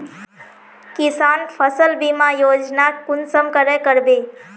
किसान फसल बीमा योजना कुंसम करे करबे?